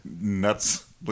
nuts